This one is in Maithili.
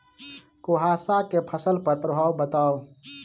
कुहासा केँ फसल पर प्रभाव बताउ?